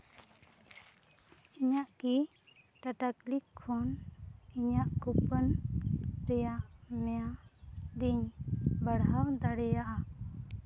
ᱤᱧᱟᱹᱜ ᱠᱤ ᱴᱟᱴᱟ ᱠᱞᱤᱠ ᱠᱷᱚᱱ ᱤᱧᱟᱹᱜ ᱠᱩᱯᱚᱱ ᱨᱮᱭᱟᱜ ᱢᱮᱭᱟᱫᱤᱧ ᱵᱟᱲᱦᱟᱣ ᱫᱟᱲᱮᱭᱟᱜᱼᱟ